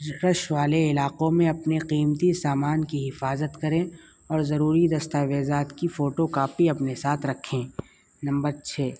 رش والے علاقوں میں اپنے قیمتی سامان کی حفاظت کریں اور ضروری دستاویزات کی فوٹو کاپی اپنے ساتھ رکھیں نمبر چھ